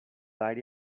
light